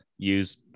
use